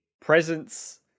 presence